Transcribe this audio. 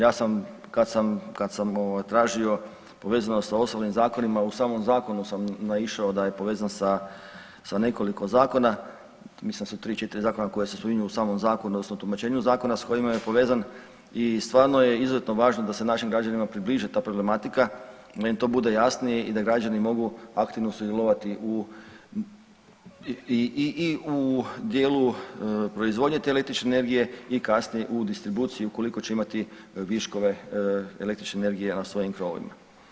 Ja sam kad sam, kad sam ovaj tražio povezano sa osnovnim zakonima u samom zakonu sam naišao da je povezan sa, sa nekoliko zakona, mislim da su 3-4 zakona koja se spominju u samom zakonu odnosno tumačenju zakona s kojima je povezan i stvarno je izuzetno važno da se našim građanima približi ta problematika, da im to bude jasnije i da građani mogu aktivno sudjelovati u, i u dijelu proizvodnje te električne energije i kasnije u distribuciji ukoliko će imati viškove električne energije na svojim krovovima.